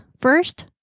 first